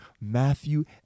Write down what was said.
Matthew